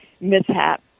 mishap